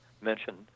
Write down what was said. mentioned